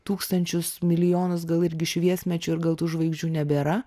tūkstančius milijonus gal irgi šviesmečių ir gal tų žvaigždžių nebėra